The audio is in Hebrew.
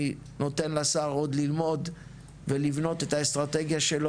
אני נותן לשר עוד ללמוד ולבנות את האסטרטגיה שלו